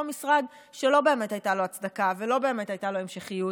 אותו משרד שלא באמת הייתה לו הצדקה ולא באמת הייתה לו המשכיות,